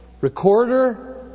recorder